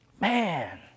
Man